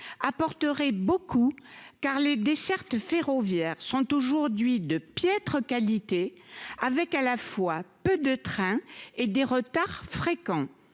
apporterait beaucoup car les dessertes ferroviaires sont aujourd'hui de piètre qualité avec à la fois peu de chers collègues nous